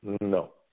No